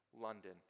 London